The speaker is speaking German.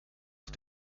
auf